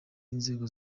inzego